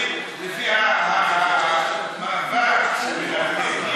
לפי המאבק שמנהלים,